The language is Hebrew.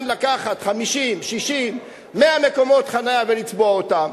לקחת 50 60 100 מקומות חנייה ולצבוע אותם,